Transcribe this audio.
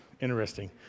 interesting